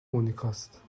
مونیکاست